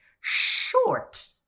short